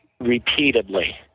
repeatedly